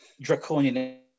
draconian